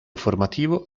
formativo